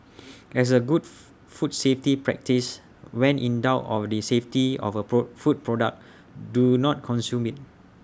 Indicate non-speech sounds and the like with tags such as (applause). as A good (noise) food safety practice when in doubt of the safety of A pro food product do not consume IT